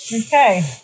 Okay